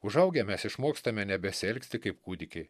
užaugę mes išmokstame nebesielgti kaip kūdikiai